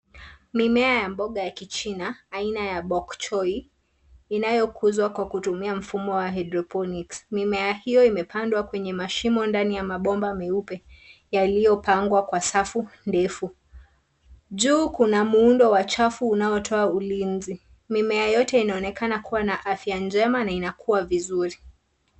Mimea ya mboga ya kichina aina ya bokchoi inayokuzwa kwa kutumia mfumo wa Hydroponics . Mimea hio imepandwa kwenye mashimo ndani ya mabomba meupe yaliyipangwa kwa safu ndefu. Juu kuna muundo wa chafu unaotoa ulinzi. Mimea yote inaonekana kuwa na afya njema na inakua vizuri.